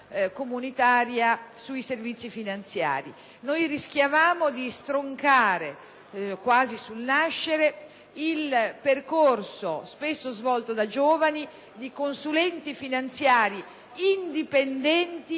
comunitaria sui servizi finanziari. Rischiavamo di stroncare quasi sul nascere il percorso, spesso svolto da giovani, di consulenti finanziari indipendenti